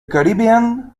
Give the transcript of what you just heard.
caribbean